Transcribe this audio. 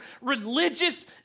religious